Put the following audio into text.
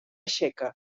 txeca